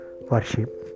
worship